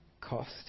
cost